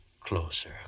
Closer